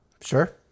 Sure